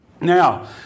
Now